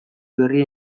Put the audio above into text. berria